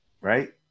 right